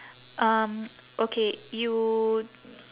um okay you